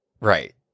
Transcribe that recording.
Right